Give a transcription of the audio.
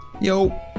Yo